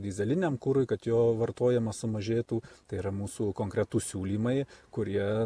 dyzeliniam kurui kad jo vartojimas sumažėtų tai yra mūsų konkretūs siūlymai kurie